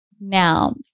Now